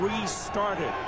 restarted